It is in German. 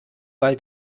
weil